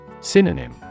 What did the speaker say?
Synonym